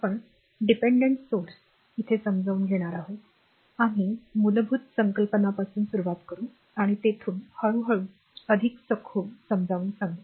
आश्रित स्त्रोत देखील शिकवले जातील आणि आम्ही मूलभूत संकल्पनांपासून सुरुवात करू आणि तेथून हळू हळू अधिक सखोल समजावून सांगू